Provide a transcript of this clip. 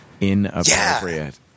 inappropriate